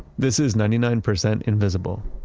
this is ninety nine percent invisible.